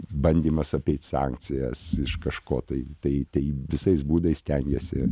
bandymas apeit sankcijas iš kažko tai tai tai visais būdais stengiasi